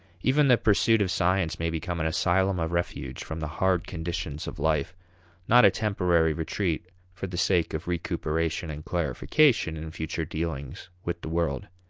even the pursuit of science may become an asylum of refuge from the hard conditions of life not a temporary retreat for the sake of recuperation and clarification in future dealings with the world.